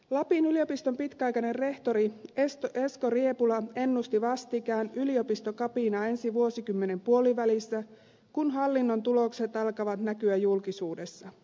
lapin yliopiston pitkäaikainen rehtori esko riepula ennusti vastikään yliopistokapinaa ensi vuosikymmenen puolivälissä kun hallinnon tulokset alkavat näkyä julkisuudessa